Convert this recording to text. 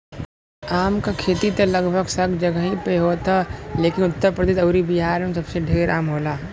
आम क खेती त लगभग सब जगही पे होत ह लेकिन उत्तर प्रदेश अउरी बिहार में सबसे ढेर आम होला